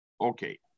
Okay